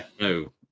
No